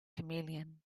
chameleon